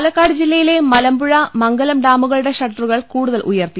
പാലക്കാട് ജില്ലയിലെ മലമ്പുഴ മംഗലം ഡാമുകളുടെ ഷട്ടറുകൾ കൂടുതൽ ഉയർത്തി